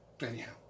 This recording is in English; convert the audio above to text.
anyhow